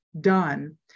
done